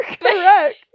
correct